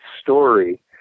story